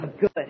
Good